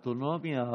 אוטונומיה,